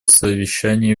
совещании